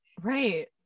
right